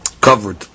covered